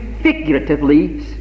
figuratively